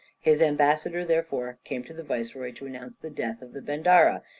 his ambassador therefore came to the viceroy to announce the death of the bendarra,